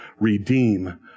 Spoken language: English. redeem